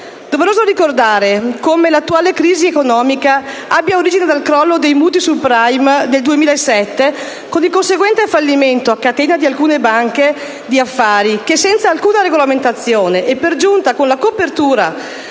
doveroso ricordare come l'attuale crisi economica abbia origine dal crollo dei mutui *subprime* dell'estate 2007 con il conseguente fallimento a catena di alcune banche di affari che, senza alcuna regolamentazione e per giunta con la copertura